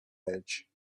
edge